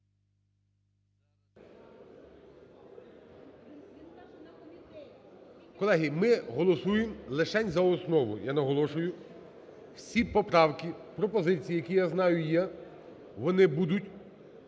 Колеги, ми голосуємо лишень за основу, я наголошую. Всі поправки, пропозиція, які, я знаю, є, вони будуть